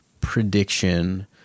prediction